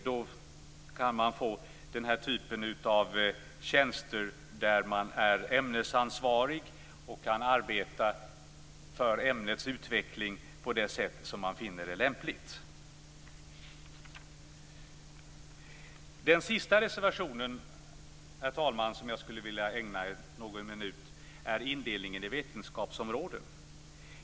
Då kan lärarna få den typen av tjänster där de är ämnesansvariga och kan arbeta för ämnets utveckling på det sätt som de finner är lämpligt. Den sista reservationen som jag skulle vilja ägna någon minut åt är reservation 12 om indelning i vetenskapsområden.